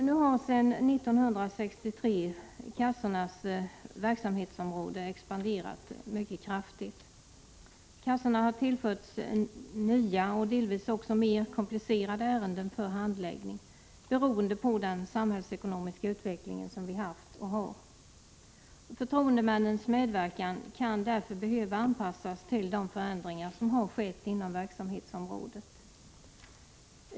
Sedan 1963 har kassornas verksamhetsområde expanderat mycket kraftigt. Kassorna har tillförts nya och delvis också mer komplicerade ärenden för handläggning, beroende på den tidigare och nuvarande samhällsekonomiska utvecklingen. Förtroendemännens medverkan kan därför behöva anpassas till de förändringar som har skett inom verksamhetsområdet.